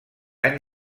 any